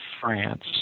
France